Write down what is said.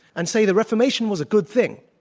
and say the reformation was a good thing,